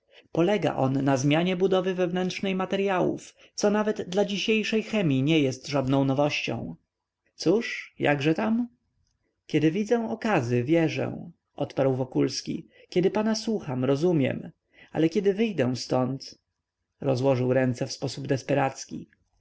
polega on na zmianie budowy wewnętrznej materyałów co nawet dla dzisiejszej chemii nie jest żadną nowością cóż jakże tam kiedy widzę okazy wierzę odparł wokulski kiedy pana słucham rozumiem ale gdy wyjdę ztąd rozłożył ręce w sposób